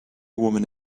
woman